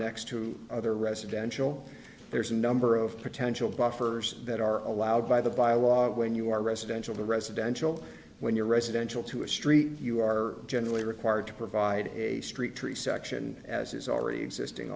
next to other residential there's a number of potential buffers that are allowed by the byelaws when you are residential the residential when your residential to a street you are generally required to provide a street tree section as is already existing